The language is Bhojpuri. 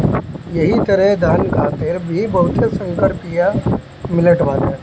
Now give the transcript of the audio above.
एही तरहे धान खातिर भी बहुते संकर बिया मिलत बाटे